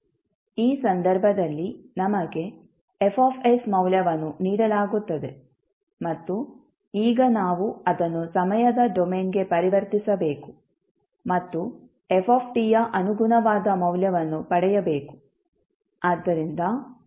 ಈ ಸಂದರ್ಭದಲ್ಲಿ ನಮಗೆ F ಮೌಲ್ಯವನ್ನು ನೀಡಲಾಗುತ್ತದೆ ಮತ್ತು ಈಗ ನಾವು ಅದನ್ನು ಸಮಯದ ಡೊಮೇನ್ಗೆ ಪರಿವರ್ತಿಸಬೇಕು ಮತ್ತು f ಯ ಅನುಗುಣವಾದ ಮೌಲ್ಯವನ್ನು ಪಡೆಯಬೇಕು